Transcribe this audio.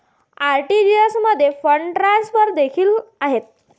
RTGS मध्ये fund transfer देखील आहेत